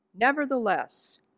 Nevertheless